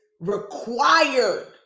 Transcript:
required